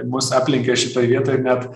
mus aplenkė šitoj vietoj ir net